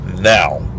now